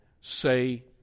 say